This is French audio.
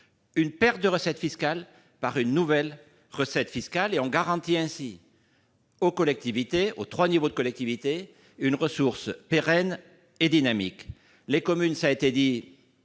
une perte de recettes fiscales par une nouvelle recette fiscale et on garantit ainsi aux trois niveaux de collectivités une ressource pérenne et dynamique. Les communes retrouveront